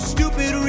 Stupid